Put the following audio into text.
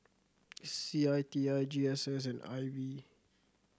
C I T I G S S and I B